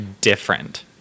different